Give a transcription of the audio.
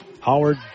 Howard